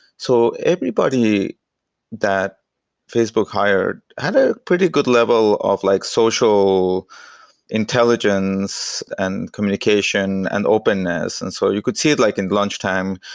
so everybody that facebook hired had a pretty good level of like social intelligence and communication and openness. and so you could see it like in lunchtime.